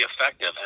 effective